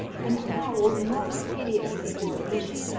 and howled most piteously for admission,